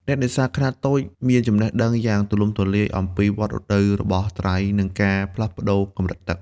អ្នកនេសាទខ្នាតតូចមានចំណេះដឹងយ៉ាងទូលំទូលាយអំពី វដ្តរដូវ របស់ត្រី និងការផ្លាស់ប្តូរកម្រិតទឹក។